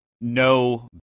no—